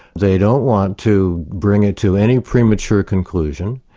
they don't want to bring it to any premature conclusion,